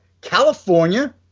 California